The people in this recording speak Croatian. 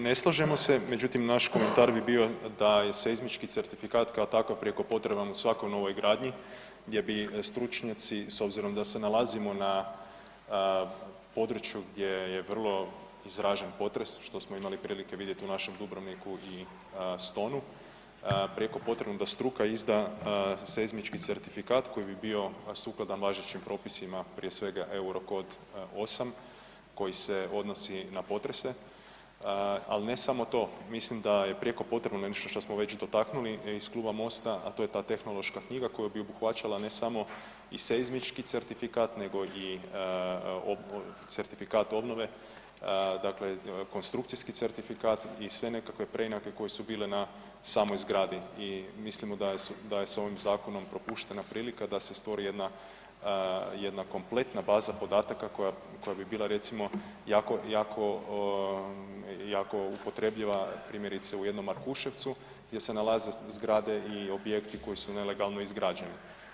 Ne slažemo se međutim naš komentar bi bio da je seizmički certifikat kao takav prijeko potreban u svakoj novogradnji gdje bi stručnjaci s obzirom da se nalazimo na području gdje je vrlo izražen potres što smo imali prilike vidjeti u našem Dubrovniku i Stonu, prijeko potrebno da struka izda za seizmički certifikat koji je bi bio sukladan važećim propisima, prije svega Eurkod 8 koji se odnosi na potrese ali ne samo to, mislim da je prijeko potrebno nešto što smo već dotaknuli iz kluba MOST-a a to je ta tehnološka knjiga koja bi obuhvaćala ne samo i seizmički certifikat nego i certifikat obnove dakle konstrukcijski certifikat i sve nekakve preinake koje su bile na samoj zgradi i mislimo da je sa ovim zakonom propuštena prilika da stvori jedna kompletna baza podataka koja bi bila recimo jako upotrebljiva primjerice u jednom Markuševcu gdje se nalaze zgrade i objekti koji su nelegalno izgrađeni.